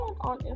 on